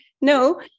no